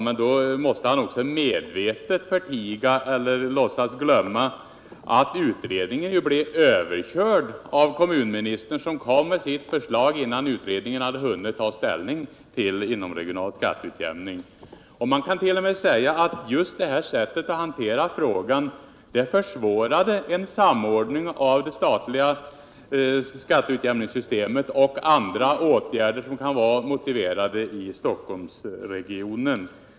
Men då måste han medvetet förtiga eller låtsas glömma att utredningen blev överkörd av kommunministern, som kom med sitt förslag innan utredningen hade hunnit ta ställning till frågan om inomregional skatteutjämning. Man kan t.o.m. påstå att just det sättet att hantera frågan försvårade en samordning av det statliga skatteutjämningssystemet och andra åtgärder som kan vara motiverade när det gäller Stockholmsregionen.